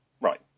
right